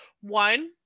One